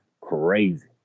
Crazy